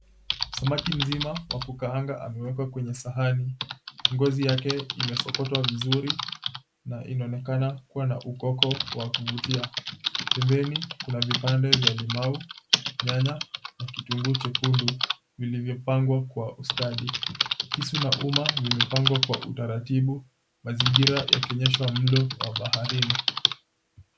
Samaki mzima wa kukaanga amewekwa kwenye sahani ngozi yake imesokotwa vizuri na inaonekana kuwa na ukoko wa kuvutia. Pembeni kuna vipande vya limau nyanya na kitunguu jekundu vilivyopangwa kwa ustadi. Kisu na umma vimepangwa kwa utaratibu mazingira yakionyesha mlo wa baharini.